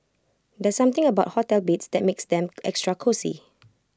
there's something about hotel beds that makes them extra cosy